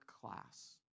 class